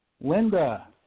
Linda